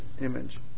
image